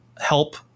help